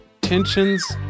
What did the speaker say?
tensions